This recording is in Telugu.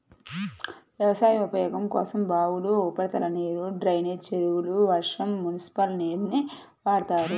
వ్యవసాయ ఉపయోగం కోసం బావులు, ఉపరితల నీరు, డ్రైనేజీ చెరువులు, వర్షం, మునిసిపల్ నీరుని వాడతారు